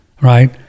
right